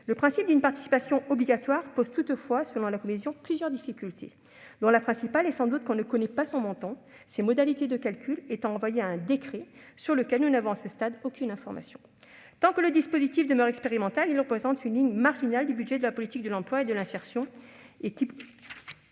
le principe d'une participation obligatoire pose plusieurs difficultés, du fait notamment que l'on ne connaît pas son montant, les modalités de calcul étant renvoyées à un décret sur lequel nous n'avons, à ce stade, aucune information. Tant que le dispositif demeure expérimental, il représente une ligne marginale du budget de la politique de l'emploi et de l'insertion, et l'on